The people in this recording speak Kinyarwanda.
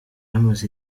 amaze